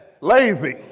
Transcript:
lazy